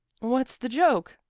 what's the joke?